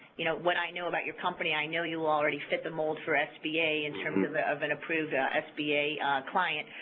you know what i know about your company, i know you will already fit the mold for sba in terms of an approved sba client,